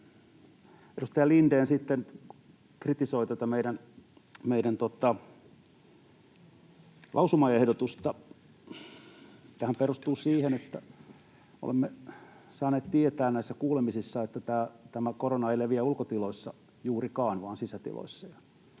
Edustaja Lindén sitten kritisoi tätä meidän lausumaehdotusta. Tämähän perustuu siihen, että olemme saaneet tietää näissä kuulemisissa, että korona ei leviä ulkotiloissa juurikaan, vaan sisätiloissa.